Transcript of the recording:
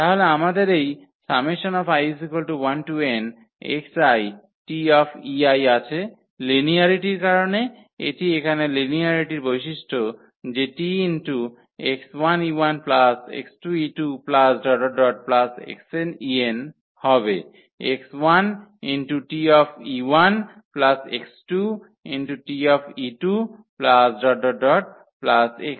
তাহলে আমাদের এই আছে লিনিয়ারিটির কারণে এটি এখানে লিনিয়ারিটির বৈশিষ্ট্য যে Tx1 e1 x2 e2 ⋯ xn en হবে x1T x2T xnT